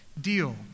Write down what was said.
deal